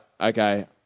okay